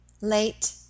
Late